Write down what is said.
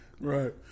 Right